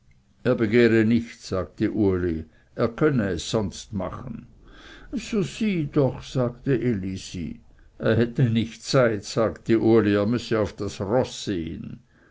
begehre nichts sagte uli er könne es sonst machen so sieh doch sagte elisi er hätte nicht zeit sagte uli er müsse auf das roß sehen